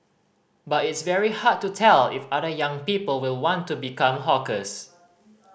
but it's very hard to tell if other young people will want to become hawkers